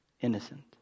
Innocent